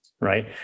right